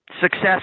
success